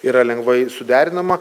yra lengvai suderinama